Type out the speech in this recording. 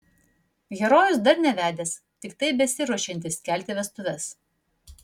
herojus dar nevedęs tiktai besiruošiantis kelti vestuves